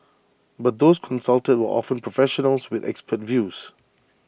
but those consulted were often professionals with expert views